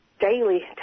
daily